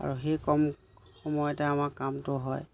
আৰু সেই কম সময়তে আমাৰ কামটো হয়